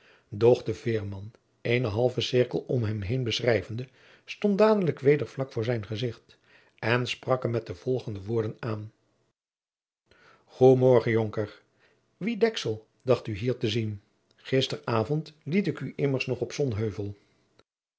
de veerman eenen halven cirkel om hem heen beschrijvende stond dadelijk weder vlak jacob van lennep de pleegzoon voor zijn gezicht en sprak hem met de volgende woorden aan goê mergen jonker wie deksel dacht u hier te zien gister aôvond liet ik u immers nog op sonheuvel